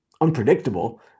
unpredictable